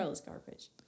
garbage